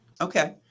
Okay